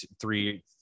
three